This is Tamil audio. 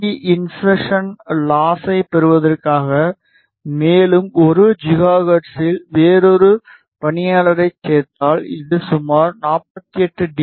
பீ இன்செர்சன் லாசை பெறுவதற்காக மேலும் 1 ஜிகாஹெர்ட்ஸில் வேறொரு பணியாளரைச் சேர்த்தால் இது சுமார் 48 டி